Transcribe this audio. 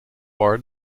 war